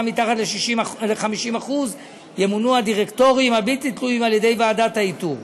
מתחת ל-50% ימונו הדירקטורים הבלתי-תלויים על-ידי ועדת האיתור.